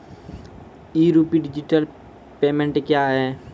ई rupee digital payment क्या हैं?